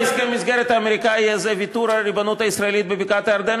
יהיה בהסכם המסגרת האמריקני הזה ויתור על ריבונות ישראלית בבקעת-הירדן,